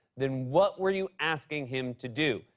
then what were you asking him to do?